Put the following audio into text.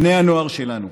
בני הנוער שלנו,